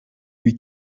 lui